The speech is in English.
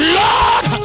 lord